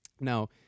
Now